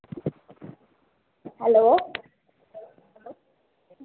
hello